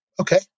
Okay